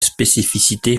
spécificité